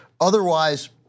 otherwise